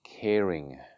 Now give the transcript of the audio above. caring